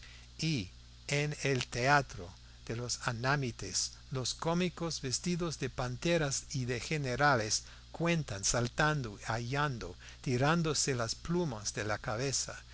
y en el teatro de los anamitas los cómicos vestidos de panteras y de generales cuentan saltando y aullando tirándose las plumas de la cabeza